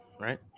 right